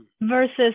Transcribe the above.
versus